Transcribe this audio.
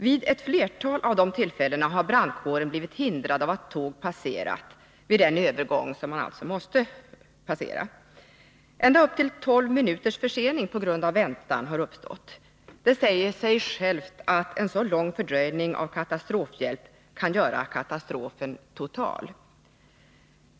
Vid ett flertal av de tillfällena har brandkåren blivit hindrad av att tåg har passerat vid övergången. Ända upp till tolv minuters försening på grund av väntan har uppstått. Det säger sig självt att en så lång fördröjning av katastrofhjälp kan göra katastrofen total.